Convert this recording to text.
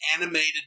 animated